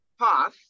Path